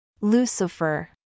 Lucifer